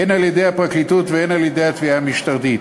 הן על-ידי הפרקליטות והן על-ידי התביעה המשטרתית.